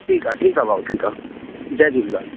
ठीकु आहे ठीकु आहे भाउ ठीकु आहे जय झूलेलाल